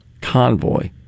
Convoy